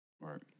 Right